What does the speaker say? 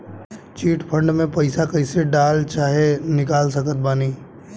Chit fund मे पईसा कईसे डाल चाहे निकाल सकत बानी?